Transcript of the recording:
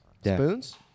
Spoons